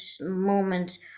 moment